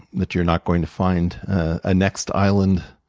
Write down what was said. that you're not going to find a next island